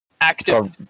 active